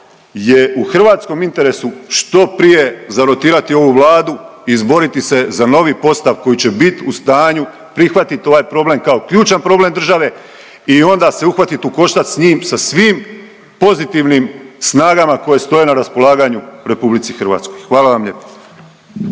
je u hrvatskom interesu što prije zarotirati ovu Vladu i izboriti se za novi postav koji će bit u stanju prihvatit ovaj problem kao ključan problem države i onda se uhvatit u koštac s njim sa svim pozitivnim snagama koje stoje na raspolaganju RH, hvala vam lijepo.